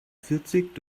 vierzig